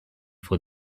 for